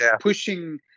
pushing